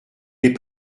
les